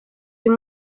uyu